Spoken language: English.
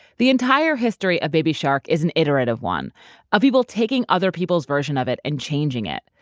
the entire history of baby shark is an iterative one of people taking other people's version of it and changing it,